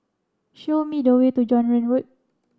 show me the way to John Road